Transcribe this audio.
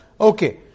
Okay